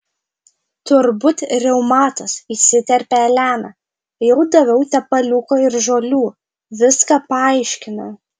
turbūt reumatas įsiterpė elena jau daviau tepaliuko ir žolių viską paaiškinau